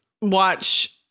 watch